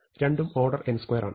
രണ്ടും order n2 ആണ്